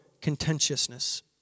contentiousness